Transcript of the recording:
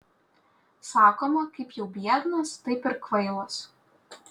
sakoma kaip jau biednas taip ir kvailas